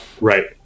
Right